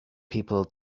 people